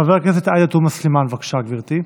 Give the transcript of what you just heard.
חברת הכנסת עאידה תומא סלימאן, בבקשה, גברתי.